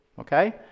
okay